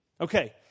Okay